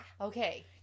Okay